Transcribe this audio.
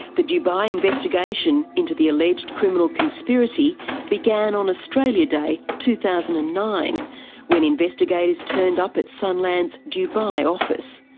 the dubai investigation into the alleged criminal conspiracy began on australia day two thousand and nine when investigators turned up at sunland's dubai office.